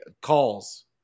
calls